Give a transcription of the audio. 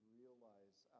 realize